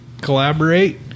collaborate